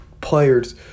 players